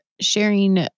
sharing